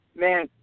man